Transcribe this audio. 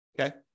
Okay